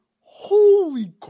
holy